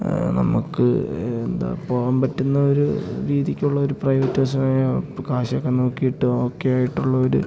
ആ നമുക്ക് എന്താ പോവാൻ പറ്റുന്ന ഒരു രീതിക്കുള്ള ഒരു പ്രൈവറ്റ് ഹോസ്പി കാശൊക്കെ നോക്കീട്ട് ഒക്കെ ആയിട്ടുള്ള ഒരു